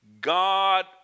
God